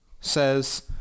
says